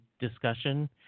discussion